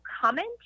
comment